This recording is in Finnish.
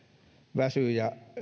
väsyy ja